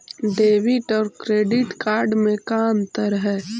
Debit और credit card में का अंतर है?